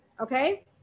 okay